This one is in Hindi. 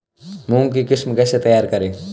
मूंग की किस्म कैसे तैयार करें?